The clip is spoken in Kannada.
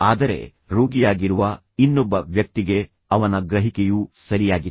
ಆದರೆ ರೋಗಿಯಾಗಿರುವ ಇನ್ನೊಬ್ಬ ವ್ಯಕ್ತಿಗೆ ಅವನ ಗ್ರಹಿಕೆಯು ಸರಿಯಾಗಿತ್ತು